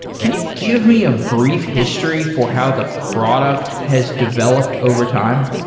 can you give me a brief history for how the product has developed over time?